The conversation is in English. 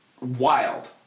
wild